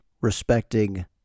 respecting